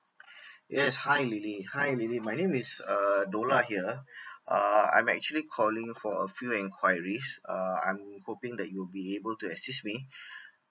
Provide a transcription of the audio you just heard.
yes hi lily hi lily my name is err dollah here uh I'm actually calling for a few enquiries uh I'm hoping that you will be able to assist me